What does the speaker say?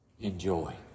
enjoy